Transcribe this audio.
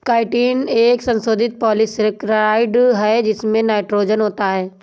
chitin एक संशोधित polysaccharide है जिसमें नाइट्रोजन होता है